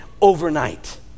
overnight